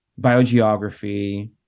biogeography